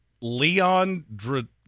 leon